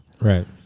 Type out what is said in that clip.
Right